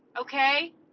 Okay